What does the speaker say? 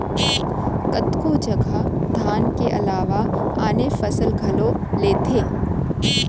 कतको जघा धान के अलावा आने फसल घलौ लेथें